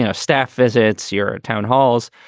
ah staff visits, your town halls.